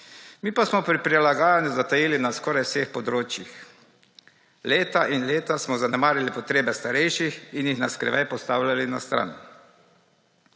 Mi pa smo pri prilagajanju zatajili na skoraj vseh področjih. Leta in leta smo zanemarjali potrebe starejših in jih na skrivaj postavljali na **10.